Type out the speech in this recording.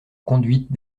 conduite